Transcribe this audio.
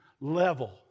level